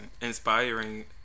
inspiring